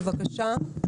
בבקשה.